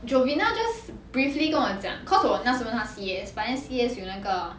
jovena just briefly 跟我讲 cause 我那时侯问他 C_S but then C_S 有那个